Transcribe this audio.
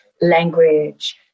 language